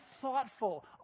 thoughtful